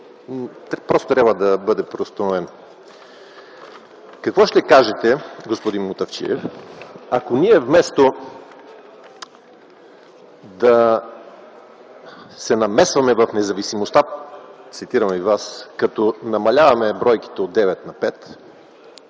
просто трябва да бъде преустановен. Какво ще кажете, господин Мутафчиев, ако ние вместо да се намесваме в независимостта – цитирам Вас, като намаляваме бройките от 9 на 5,